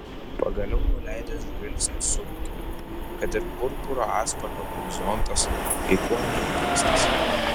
pagaliau nuleidęs žvilgsnį suvokė kad ir purpuro atspalvio horizontas kai kuo neįprastas